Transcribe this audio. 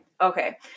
Okay